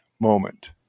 moment